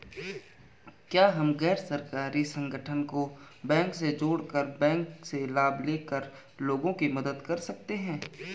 क्या हम गैर सरकारी संगठन को बैंक से जोड़ कर बैंक से लाभ ले कर लोगों की मदद कर सकते हैं?